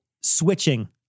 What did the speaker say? switching